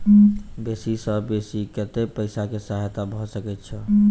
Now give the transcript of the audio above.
बेसी सऽ बेसी कतै पैसा केँ सहायता भऽ सकय छै?